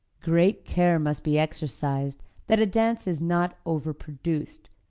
great care must be exercised that a dance is not overproduced,